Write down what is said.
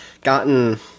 gotten